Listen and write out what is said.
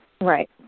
Right